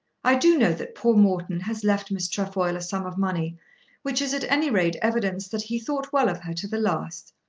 i do know that poor morton has left miss trefoil a sum of money which is at any rate evidence that he thought well of her to the last.